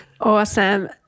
Awesome